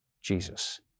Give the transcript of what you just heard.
Jesus